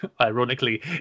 ironically